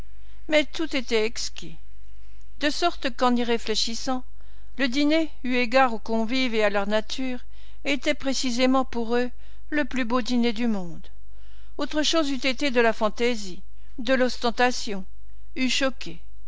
mais tout était exquis de sorte que en y réfléchissant le dîner eu égard aux convives et à leur nature était précisément pour eux le plus beau dîner du monde autre chose eût été de la fantaisie de l'ostentation eût choqué